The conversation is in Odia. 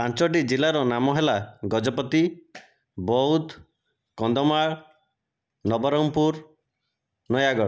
ପାଞ୍ଚଟି ଜିଲ୍ଲାର ନାମ ହେଲା ଗଜପତି ବୌଦ୍ଧ କନ୍ଧମାଳ ନବରଙ୍ଗପୁର ନୟାଗଡ଼